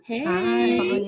Hey